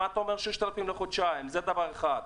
מה אתה אומר 6,000 לחודשיים?! זה דבר אחד.